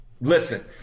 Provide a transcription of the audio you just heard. Listen